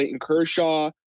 Kershaw